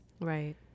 Right